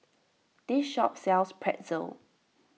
this shop sells Pretzel